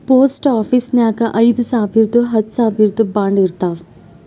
post ಆಫೀಸ್ನಾಗ್ ಐಯ್ದ ಸಾವಿರ್ದು ಹತ್ತ ಸಾವಿರ್ದು ಬಾಂಡ್ ಇರ್ತಾವ್